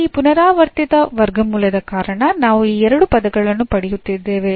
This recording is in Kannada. ಇಲ್ಲಿ ಈ ಪುನರಾವರ್ತಿತ ವರ್ಗಮೂಲದ ಕಾರಣ ನಾವು ಈ ಎರಡು ಪದಗಳನ್ನು ಪಡೆಯುತ್ತಿದ್ದೇವೆ